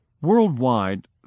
Worldwide